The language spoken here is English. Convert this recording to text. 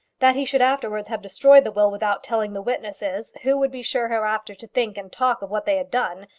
that he should afterwards have destroyed the will without telling the witnesses, who would be sure hereafter to think and talk of what they had done,